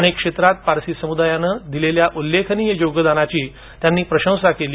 अनेक क्षेत्रात पारसी समुदायाने दिलेल्या उल्लेखनीय योगदानाची त्यांनी प्रशंसा केली